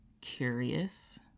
curious